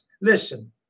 listen